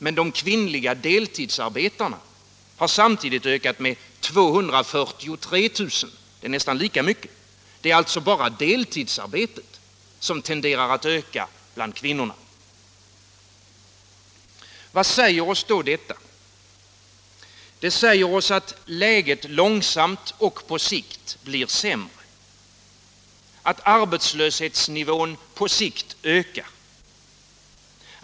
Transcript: Men de kvinnliga deltidsarbetarna har samtidigt ökat med 243 000. Det är nästan lika mycket. Det är alltså bara deltidsarbetet som tenderar att öka bland kvinnorna. Vad säger oss detta? Det säger oss att läget långsamt och på sikt blir sämre. Att arbetslöshetsnivån på sikt ökar.